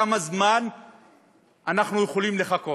כמה זמן אנחנו יכולים לחכות?